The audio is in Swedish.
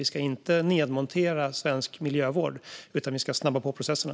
Vi ska inte nedmontera svensk miljövård, utan vi ska snabba på processerna.